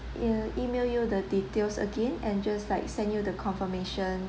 uh email you the details again and just like send you the confirmation